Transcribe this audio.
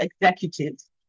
executives